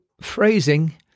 phrasing